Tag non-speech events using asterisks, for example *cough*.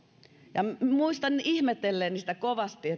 muistan ihmetelleeni sitä kovasti *unintelligible*